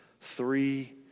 three